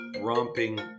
romping